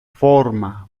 forma